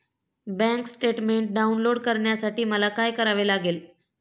Bank statement download करण्यासाठी मला काय करावे लागेल?